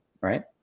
right